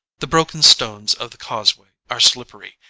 the broken stones of the causeway are slippery,